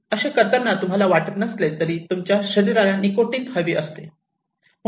असे करत असताना तुम्हाला वाटत नसले तरी तुमच्या शरीराला निकोटीन हवे असते